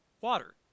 Water